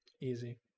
easy